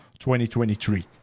2023